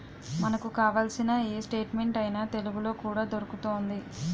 మనకు కావాల్సిన ఏ స్టేట్మెంట్ అయినా తెలుగులో కూడా దొరుకుతోంది